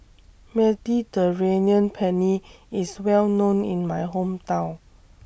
Mediterranean Penne IS Well known in My Hometown